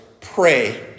Pray